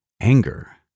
anger